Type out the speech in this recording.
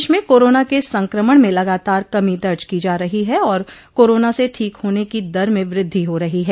प्रदेश में कोरोना के संकमण में लगातार कमी दर्ज की जा रही है और कोरोना से ठीक होने की दर में बृद्धि हो रहो है